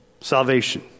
Salvation